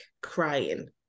crying